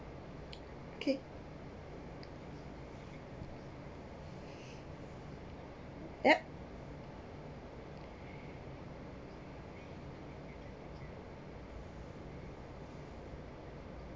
okay yup